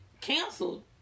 Canceled